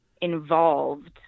involved